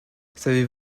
savez